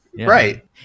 Right